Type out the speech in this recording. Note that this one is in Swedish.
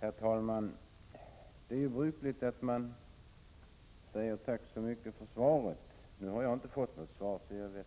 Herr talman! Det är ju brukligt att man säger tack så mycket för svaret. Jag har inte fått något svar, så jag vet